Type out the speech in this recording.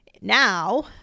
now